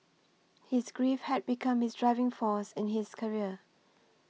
his grief had become his driving force in his career